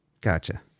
Gotcha